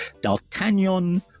D'Artagnan